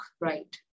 right